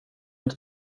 inte